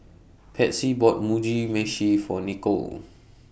Patsy bought Mugi Meshi For Nichol